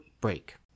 break